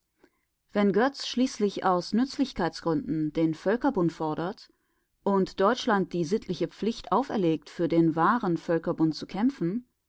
wenn goetz schließlich aus nützlichkeitsgründen den völkerbund fordert und deutschland die sittliche pflicht auferlegt für den wahren völkerbund zu kämpfen